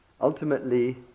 ultimately